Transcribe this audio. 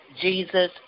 Jesus